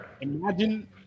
Imagine